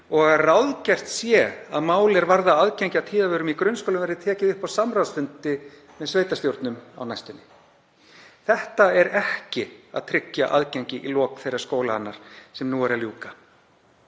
og að ráðgert sé að mál er varðar aðgengi að tíðavörum í grunnskólum verði tekið upp á samráðsfundi með sveitarstjórnum á næstunni. Þetta er ekki að tryggja aðgengi í lok þeirrar skólaannar sem nú er að ljúka.